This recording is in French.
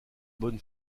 bonne